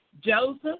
Joseph